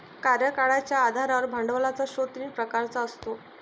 कार्यकाळाच्या आधारावर भांडवलाचा स्रोत तीन प्रकारचा असतो